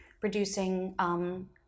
producing